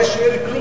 לא השאיר כלום.